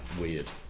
weird